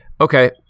Okay